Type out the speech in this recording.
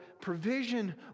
provision